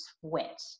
sweat